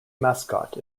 mascot